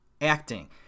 acting